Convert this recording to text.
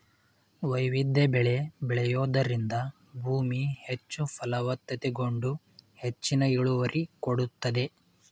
ವೈವಿಧ್ಯ ಬೆಳೆ ಬೆಳೆಯೂದರಿಂದ ಭೂಮಿ ಹೆಚ್ಚು ಫಲವತ್ತತೆಗೊಂಡು ಹೆಚ್ಚಿನ ಇಳುವರಿ ಕೊಡುತ್ತದೆ